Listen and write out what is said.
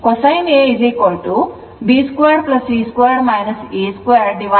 cosine Ab2c2 a22BC